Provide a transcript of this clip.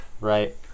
Right